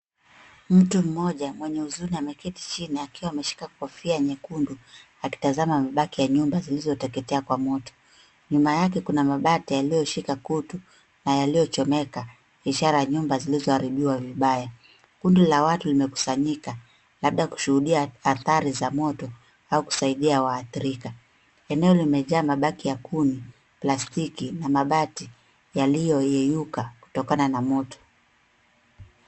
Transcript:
Mtu mmoja mwenye huzuni ameketi chini akiwa ameshika kofia nyekundu, akitazama mabaki ya nyumba zilizoteketea kwa moto. Nyuma yake kuna mabati yaliyoshika kutu na yaliyochomeka, ishara ya nyumba zilizoharibiwa vibaya. Kundi la watu limekusanyika, labda kushuhudia athari za moto au kusaidia waathirika. Eneo limejaa mabaki ya kuni, plastiki na mabati yaliyoyeyuka kutokana na moto.